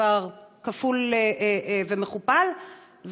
כבר כפול ומכופל,